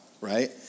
right